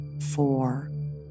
four